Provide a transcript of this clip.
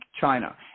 China